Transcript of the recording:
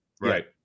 Right